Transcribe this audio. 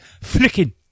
flicking